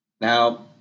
now